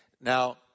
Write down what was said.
Now